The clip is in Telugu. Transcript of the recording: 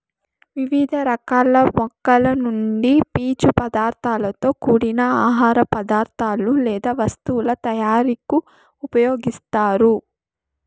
వివిధ రకాల మొక్కల నుండి పీచు పదార్థాలతో కూడిన ఆహార పదార్థాలు లేదా వస్తువుల తయారీకు ఉపయోగిస్తారు